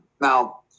Now